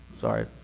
Sorry